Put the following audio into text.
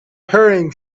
hurrying